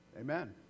amen